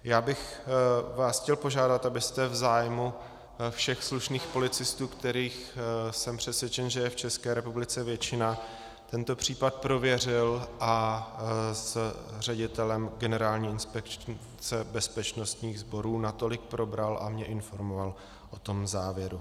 Já bych vás chtěl požádat, abyste v zájmu všech slušných policistů, kterých, jsem přesvědčen, je v České republice většina, tento případ prověřil a s ředitelem Generální inspekce bezpečnostních sborů natolik probral a mě informoval o tom závěru.